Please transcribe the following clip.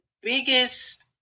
biggest